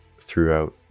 throughout